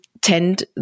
tend